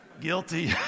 Guilty